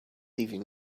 even